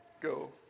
go